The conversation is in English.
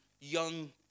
young